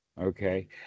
Okay